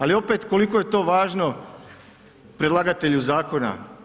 Ali, opet, koliko je to važno predlagatelju zakona.